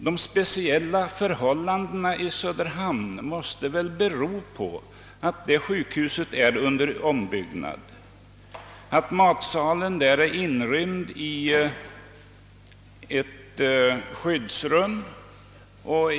De speciella förhållandena i Söderhamn måste väl bero på att detta sjukhus är under ombyggnad, varvid matsalen måst förläggas till ett skyddsrum.